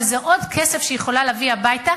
אבל זה עוד כסף שהיא יכולה להביא הביתה,